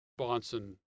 Bonson